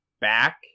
back